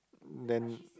then